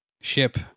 ship